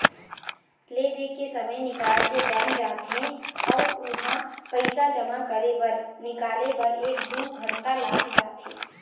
ले दे के समे निकाल के बैंक जाथे अउ उहां पइसा जमा करे बर निकाले बर एक दू घंटा लाग जाथे